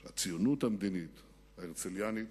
של הציונות המדינית ההרצליינית,